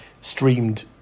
streamed